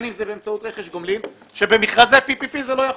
אם זה באמצעות רכש גומלין שבמכרזי ה-PPP זה לא יחול.